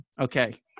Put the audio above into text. Okay